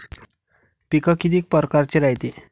पिकं किती परकारचे रायते?